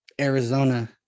Arizona